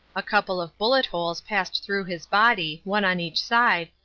a couple of bullet-holes passed through his body, one on each side,